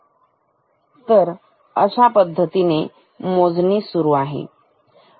तर अशा पद्धतीने मोजणी सुरू राहील